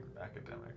academic